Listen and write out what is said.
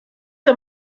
war